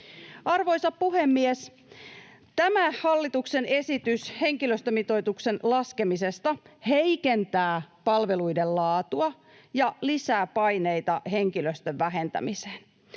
Arvoisa puhemies! Tämä hallituksen esitys henkilöstömitoituksen laskemisesta heikentää palveluiden laatua ja lisää paineita henkilöstön vähentämiseen.